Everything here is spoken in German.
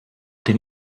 dem